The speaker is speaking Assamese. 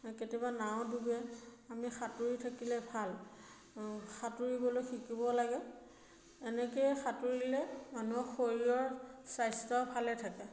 কেতিয়াবা নাও ও ডুবে আমি সাঁতোৰি থাকিলে ভাল সাঁতোৰিবলৈ শিকিব লাগে এনেকৈয়ে সাঁতোৰিলে মানুহৰ শৰীৰৰ স্বাস্থ্য ভালে থাকে